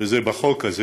וזה בחוק הזה